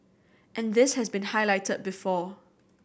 and this has been highlighted before